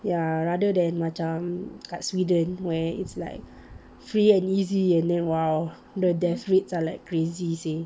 ya rather than macam kat sweden where it's like free and easy and then !wow! the death rates are like crazy seh